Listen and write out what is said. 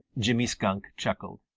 jimmy skunk chuckled.